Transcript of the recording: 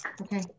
okay